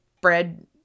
bread